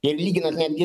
ir lyginant netgi